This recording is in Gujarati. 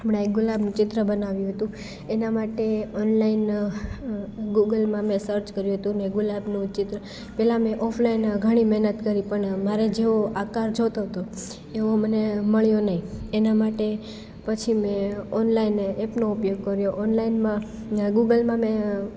હમણાં એક ગુલાબનું ચિત્ર બનાવ્યું હતું એના માટે ઓનલાઈન ગુગલમાં મેં સર્ચ કર્યું હતું મેં ગુલાબનું ચિત્ર પહેલા મેં ઓફલાઈન ઘણી મહેનત કરી પણ મારા જેવો આકાર જોતો હતો એવો મને મળ્યો નહીં એના માટે પછી મેં ઓનલાઈન એપનો ઉપયોગ કર્યો ઓનલાઈનમાં ગુગલમાં મેં